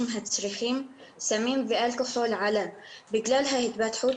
שצורכים סמים ואלכוהול עלה בגלל ההתפתחות